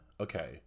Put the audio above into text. okay